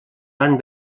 van